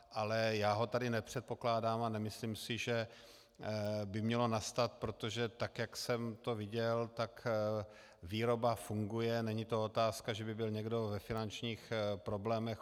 Ale já ho tady nepředpokládám a nemyslím si, že by mělo nastat, protože tak jak jsem to viděl, výroba funguje, není to otázka, že by byl někdo ve finančních problémech.